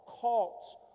cults